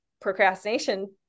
procrastination